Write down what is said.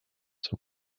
zur